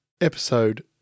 Episode